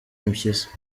impyisi